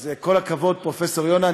אז כל הכבוד, פרופסור יונה.